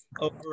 over